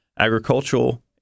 Agricultural